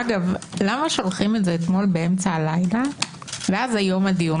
אגב למה שולחים את זה אתמול בלילה והיום הדיון?